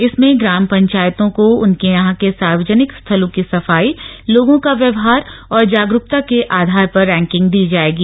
इसमें ग्राम पंचायतों को उनके यहां के सार्वजनिक स्थलों की सफाई लोगों का व्यवहार और जागरूकता के आधार पर रैंकिंग दी जाएगी